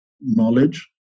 knowledge